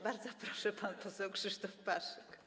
Bardzo proszę, pan poseł Krzysztof Paszyk.